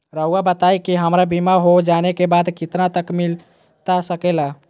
रहुआ बताइए कि हमारा बीमा हो जाने के बाद कितना तक मिलता सके ला?